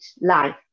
life